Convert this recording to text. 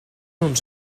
uns